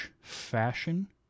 fashion